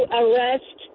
arrest